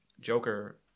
Joker